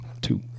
Two